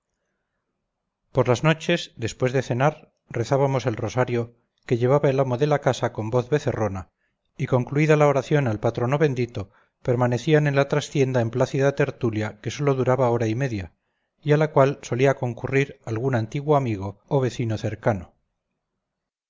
por las noches después de cenar rezábamos el rosario que llevaba el amo de la casa con voz becerrona y concluida la oración al patrono bendito permanecían en la trastienda en plácida tertulia que sólo duraba hora y media y a la cual solía concurrir algún antiguo amigo o vecino cercano